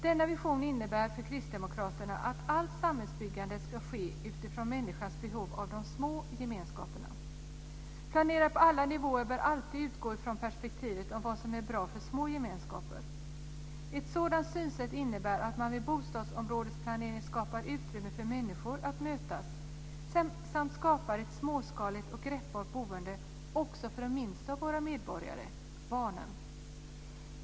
Denna vision innebär för Kristdemokraterna att allt samhällsbyggande ska ske utifrån människans behov av de små gemenskaperna. Planerare på alla nivåer bör alltid utgå från perspektivet om vad som är bra för små gemenskaper. Ett sådant synsätt innebär att man vid bostadsområdesplanering skapar utrymmen för människor att mötas samt skapar ett småskaligt och greppbart boende också för de minsta av våra medborgare - barnen.